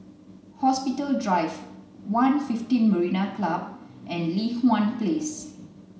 Hospital Drive One fifteen Marina Club and Li Hwan Place